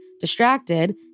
distracted